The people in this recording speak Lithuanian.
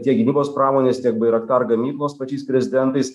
tiek gynybos pramonės tiek bairaktar gamybos pačiais prezidentais